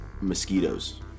Mosquitoes